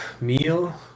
meal